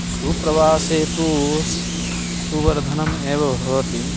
सुप्रवासे तु स् सुवर्धनम् एव भवति